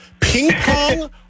Ping-pong